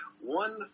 one